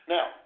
Now